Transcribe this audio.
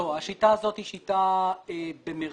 השיטה הזאת היא שיטה "מתירנית"